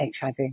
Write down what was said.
HIV